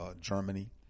Germany